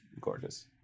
gorgeous